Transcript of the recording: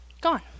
Gone